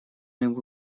ему